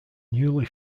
newly